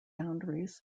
boundaries